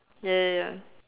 ya ya ya